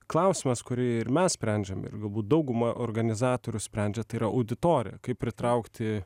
klausimas kurį ir mes sprendžiam ir galbūt dauguma organizatorių sprendžia tai yra auditorija kaip pritraukti